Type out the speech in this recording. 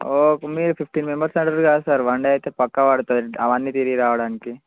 ఓ మీరు fifteen members అంటున్నారు కదా సార్ వన్ డే అయితే పక్కా పడుతుంది అవన్నీ తిరిగి రావడానికి